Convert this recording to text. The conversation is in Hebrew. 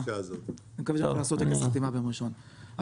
ביום ראשון.